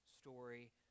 story